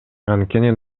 анткени